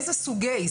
איזה סוגי.